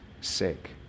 sake